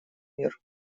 мер